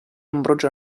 ambrogio